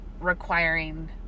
requiring